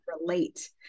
relate